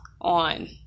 on